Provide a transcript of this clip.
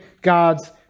God's